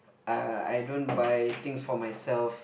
uh I don't buy things for myself